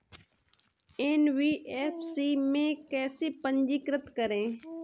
NBFC में कैसे पंजीकृत करें?